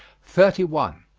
thirty one.